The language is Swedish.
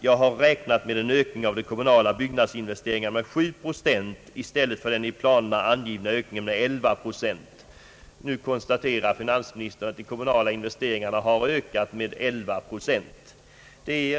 Jag har räknat med en ökning av de kommunala byggnadsinvesteringarna med 7 procent i stället för den i planerna angivna ökningen på 11 procent.» Nu konstaterar finansministern att de kommunala investeringarna har ökat med 11 procent.